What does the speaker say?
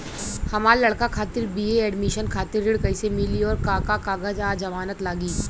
हमार लइका खातिर बी.ए एडमिशन खातिर ऋण कइसे मिली और का का कागज आ जमानत लागी?